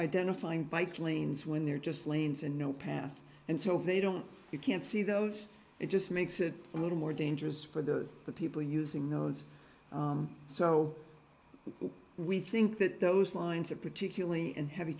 identifying bike lanes when they're just lanes and no path and so if they don't you can't see those it just makes it a little more dangerous for the people using those so we think that those lines are particularly in heavy